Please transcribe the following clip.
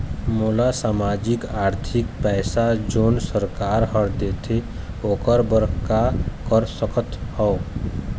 मोला सामाजिक आरथिक पैसा जोन सरकार हर देथे ओकर बर का कर सकत हो?